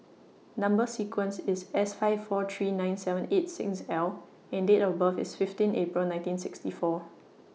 Number sequence IS S five four three nine seven eight six L and Date of birth IS fifteen April nineteen sixty four